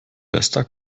bester